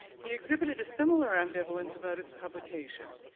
he exhibited a similar ambivalence about its publication.